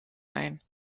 ein